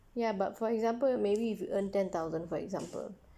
ya but for example you maybe if you earn ten thousand for example